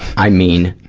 i mean,